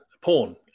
porn